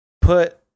put